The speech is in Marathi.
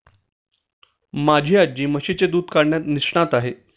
माझी आजी म्हशीचे दूध काढण्यात निष्णात आहे